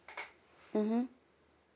mmhmm